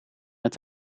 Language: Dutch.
met